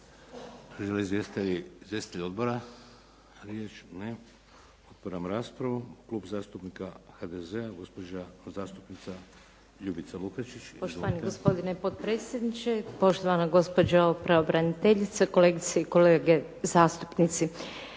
Žele li izvjestitelji odbora riječ? Ne. Otvaram raspravu. Klub zastupnika HDZ-a gospođa zastupnica Ljubica Lukačić. Izvolite. **Lukačić, Ljubica (HDZ)** Poštovani gospodine potpredsjedniče, poštovana gospođo pravobraniteljice, kolegice i kolege zastupnici.